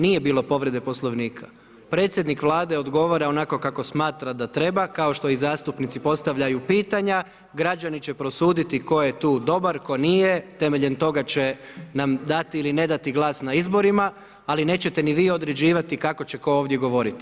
Nije bilo povrede Poslovnika, predsjednik Vlade odgovara onako kako smatra da treba kao što zastupnici postavljaju pitanja, građani će prosuditi tko je tu dobar, tko nije, temeljem toga će nam dati ili ne dati glas na izborima ali nećete ni vi određivati kako će tko ovdje govoriti.